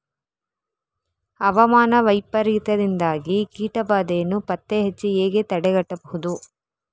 ಹವಾಮಾನ ವೈಪರೀತ್ಯದಿಂದಾಗಿ ಕೀಟ ಬಾಧೆಯನ್ನು ಪತ್ತೆ ಹಚ್ಚಿ ಹೇಗೆ ತಡೆಗಟ್ಟಬಹುದು?